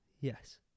Yes